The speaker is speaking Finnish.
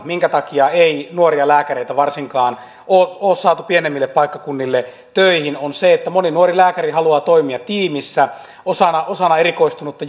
minkä takia ei nuoria lääkäreitä ole saatu varsinkaan pienemmille paikkakunnille töihin on se että moni nuori lääkäri haluaa toimia tiimissä osana osana erikoistunutta